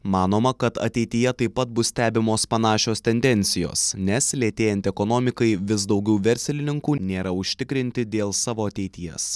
manoma kad ateityje taip pat bus stebimos panašios tendencijos nes lėtėjant ekonomikai vis daugiau verslininkų nėra užtikrinti dėl savo ateities